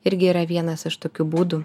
irgi yra vienas iš tokių būdų